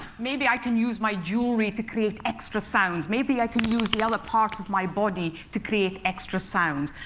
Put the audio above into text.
maybe i can use my jewelry to create extra sounds. maybe i can use the other parts of my body to create extra sounds.